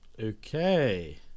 okay